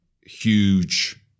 huge